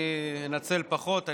אני אנצל פחות.